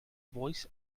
voice